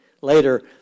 later